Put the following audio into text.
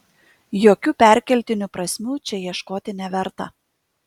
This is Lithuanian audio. jokių perkeltinių prasmių čia ieškoti neverta